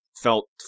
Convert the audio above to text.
felt